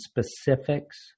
specifics